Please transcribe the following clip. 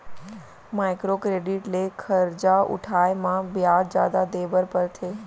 micro credit ले खरजा उठाए म बियाज जादा देबर परथे